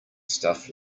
stuff